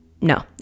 No